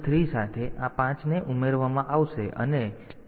તેથી તે 1003 સાથે આ 5 ઉમેરવામાં આવશે તેથી તે 1008 બનશે